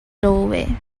doorway